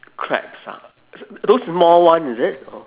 crabs ah those small one is it or